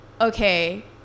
okay